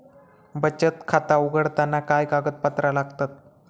बचत खाता उघडताना काय कागदपत्रा लागतत?